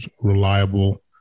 reliable